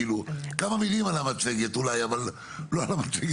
אחזור גם על מה שאמרתי בישיבה הראשונה,